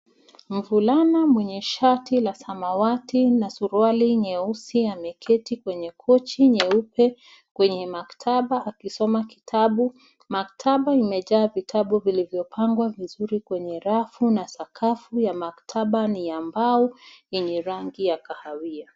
Mvulana mwenye shati la samawati na suruali nyeusi ameketi kwenye kochi nyeupe kwenye maktaba akisoma kitabu, maktaba imejaa vitabu vilivyo pangwa vizuri kwenye rafu na sakafu ya maktaba, ni ya mbao yenye rangi ya kahawia.